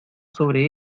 sobre